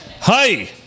Hi